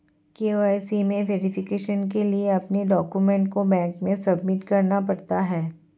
KYC में verification के लिए अपने डाक्यूमेंट को बैंक में सबमिट करना पड़ता है